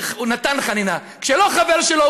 הוא נתן את החנינה וכשלא חבר שלו,